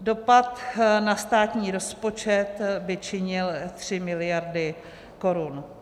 Dopad na státní rozpočet by činil 3 miliardy korun.